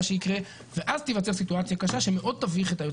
שיקרה ואז תיווצר סיטואציה קשה שמאוד תביך את היועץ